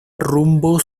rumbo